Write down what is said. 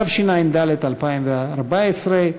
התשע"ד 2014,